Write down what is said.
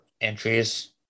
entries